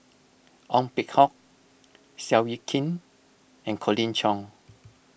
Ong Peng Hock Seow Yit Kin and Colin Cheong